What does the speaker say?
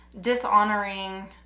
dishonoring